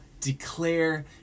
declare